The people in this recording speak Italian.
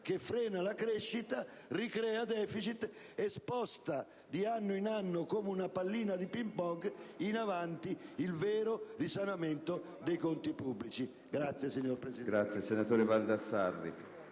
che frena la crescita, ricrea deficit e sposta di anno in anno, come una pallina da ping-pong, in avanti il vero risanamento dei conti pubblici. *(Applausi dai